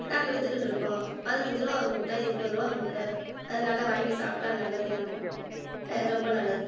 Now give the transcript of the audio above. நாங்கள் வித்துக்கிட்டிருக்கோம் பதினஞ்சு ரூபா ஒரு முட்டை இருபது ரூபா ஒரு முட்டை அது நல்லா வாங்கி சாப்பிட்டா நல்லது ரொம்ப நல்லது